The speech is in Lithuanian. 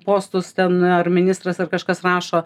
postus ten ar ministras ar kažkas rašo